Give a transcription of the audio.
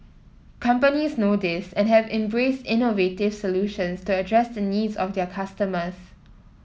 companies know this and have embraced innovative solutions to address the needs of their customers